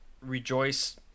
rejoice